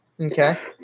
Okay